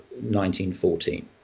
1914